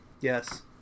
Yes